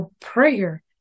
prayer